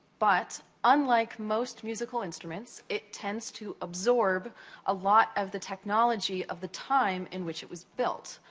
but, unlike most musical instruments, it tends to absorb a lot of the technology of the time in which it was built.